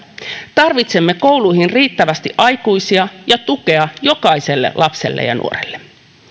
tarvitsemme kouluihin riittävästi aikuisia ja tukea jokaiselle lapselle ja nuorelle